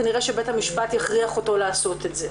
כנראה שבית-המשפט יכריח אותו לעשות את זה.